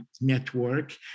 network